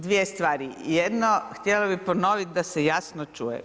Dvije stvari, jedno htjela bih ponoviti da se jasno čuje.